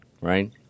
right